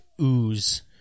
ooze